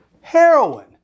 heroin